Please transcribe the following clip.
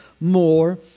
more